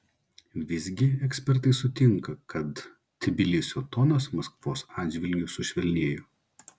visgi ekspertai sutinka kad tbilisio tonas maskvos atžvilgiu sušvelnėjo